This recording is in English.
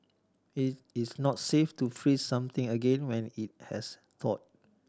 it's not safe to freeze something again when it has thawed